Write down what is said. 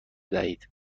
دهید